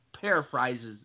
paraphrases